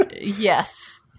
Yes